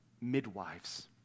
midwives